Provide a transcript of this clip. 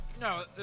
No